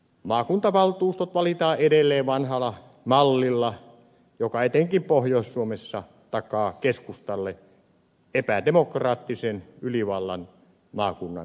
maakuntavaltuustot valitaan edelleen vanhalla mallilla joka etenkin pohjois suomessa takaa keskustalle epädemokraattisen ylivallan maakunnan hallinnossa